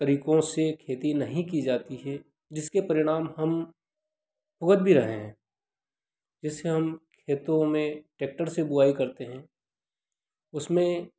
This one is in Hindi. तरीकों से खेती नहीं की जाती है जिसके परिणाम हम भुगत भी रहे हैं जिससे हम खेतों में टेक्टर से बुआई करते हैं उसमें